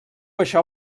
això